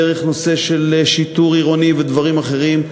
דרך נושא של שיטור עירוני ודברים אחרים,